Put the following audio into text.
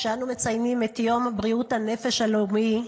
כשאנו מציינים את יום בריאות הנפש הלאומי,